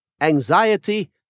Anxiety